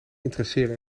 interesseren